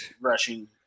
rushing